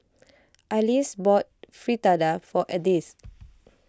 Alyse bought Fritada for Edith